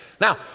Now